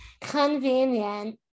Convenient